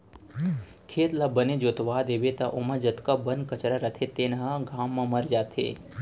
खेत ल बने जोतवा देबे त ओमा जतका बन कचरा रथे तेन ह घाम म मर जाथे